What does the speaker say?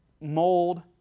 mold